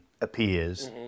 appears